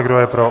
Kdo je pro?